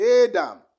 Adam